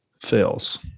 fails